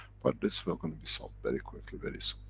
but, this will. gonna be solved, very quickly, very so